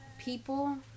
people